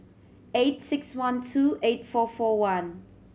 eight six one two eight four four one